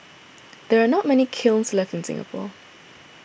there are not many kilns left in Singapore